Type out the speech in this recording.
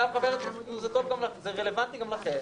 זה רלוונטי גם לכם